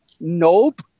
Nope